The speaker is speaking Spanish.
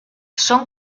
son